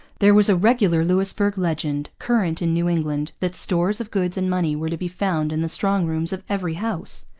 there was a regular louisbourg legend, current in new england, that stores of goods and money were to be found in the strong rooms of every house.